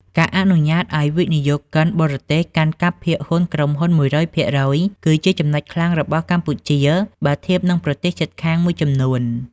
ការអនុញ្ញាតឱ្យវិនិយោគិនបរទេសកាន់កាប់ភាគហ៊ុនក្រុមហ៊ុន ១០០% គឺជាចំណុចខ្លាំងរបស់កម្ពុជាបើធៀបនឹងប្រទេសជិតខាងមួយចំនួន។